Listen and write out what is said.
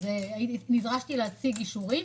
נדרשתי להציג אישורים.